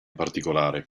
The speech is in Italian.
particolare